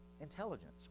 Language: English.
intelligence